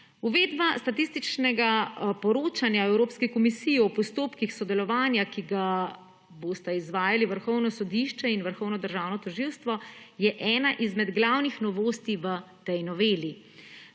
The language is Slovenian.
Uvedba statističnega poročanja Evropski komisiji o postopkih sodelovanja, ki ga bosta izvajali Vrhovno sodišče in Vrhovno državno tožilstvo, je ena izmed glavnih novosti v tej noveli.